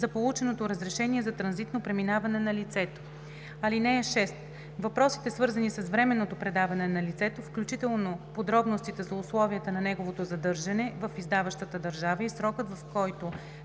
за полученото разрешение за транзитно преминаване на лицето. (6) Въпросите, свързани с временното предаване на лицето, включително подробностите за условията на неговото задържане в издаващата държава и срокът, в който